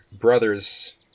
brothers